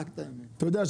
אתה יודע,